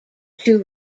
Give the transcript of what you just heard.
two